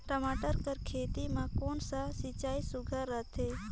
टमाटर कर खेती म कोन कस सिंचाई सुघ्घर रथे?